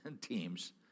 teams